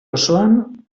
osoan